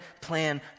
plan